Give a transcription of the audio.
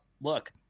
look